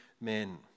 men